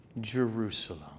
Jerusalem